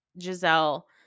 Giselle